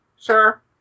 sure